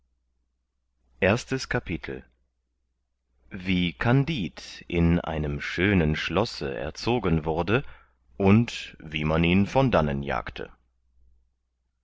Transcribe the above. erstes kapitel wie kandid in einem schönen schlosse erzogen wurde und wie man ihn von dannen jagte